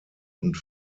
und